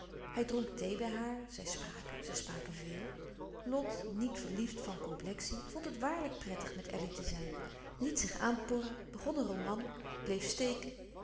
hij dronk thee bij haar zij spraken zij spraken veel lot niet verliefd van complexie vond het waarlijk prettig met elly te zijn liet zich aanporren begon een roman bleef steken